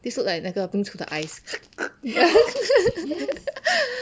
this look like 那个喷出的 ice